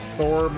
Thor